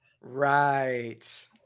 Right